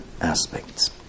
aspects